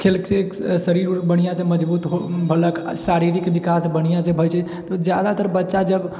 खेल से शरीर उरीर बढ़िआँ से मजबूत हो बनलक आ शारीरिक विकास बढ़िआँ से होएत छै तऽ जादातर बच्चा जब